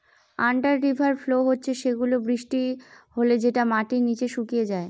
under river flow হচ্ছে সেগুলা বৃষ্টি হলে যেটা মাটির নিচে শুকিয়ে যায়